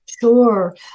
Sure